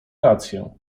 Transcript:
rację